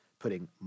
putting